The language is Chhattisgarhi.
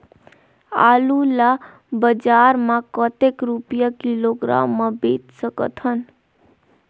आलू ला बजार मां कतेक रुपिया किलोग्राम म बेच सकथन?